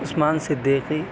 Usman Siddiqui